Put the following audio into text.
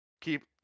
keep